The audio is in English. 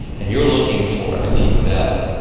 and you're looking for a deep valley.